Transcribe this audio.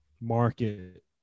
market